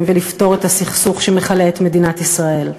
ולפתור את הסכסוך שמכלה את מדינת ישראל?